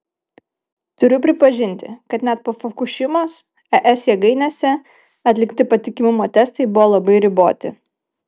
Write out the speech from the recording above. turiu pripažinti kad net po fukušimos es jėgainėse atlikti patikimumo testai buvo labai riboti